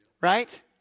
right